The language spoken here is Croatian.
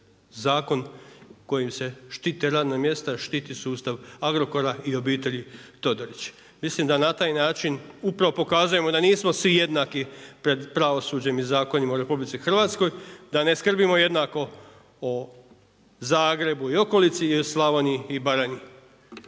zakon kojim se štite radna mjesta, štiti sustav Agrokora i obitelji Todorić. Mislim da na taj način upravo pokazujemo da nismo svi jednaki pred pravosuđem i zakonima u RH, da ne skrbimo jednako o Zagrebu i okolici i o Slavoniji i Baranji.